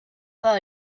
pas